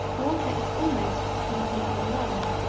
water is almost squeezing on lard.